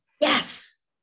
Yes